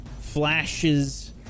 flashes